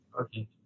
okay